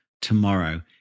tomorrow